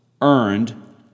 earned